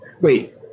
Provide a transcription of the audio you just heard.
wait